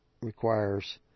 requires